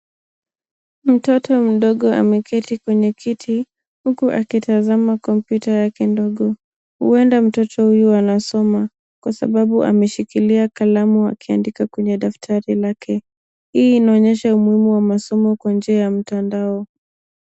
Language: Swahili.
Mtoto mdogo ameketi kwenye kiti huku akitazama kompyuta yake ndogo. huenda mtoto huyu anasoma, kwa sababu ameshikilia kalamu akiandika kwenye daftari lake. Hii inaonyesha umuhimu wa masomo kwa njia ya mtandao.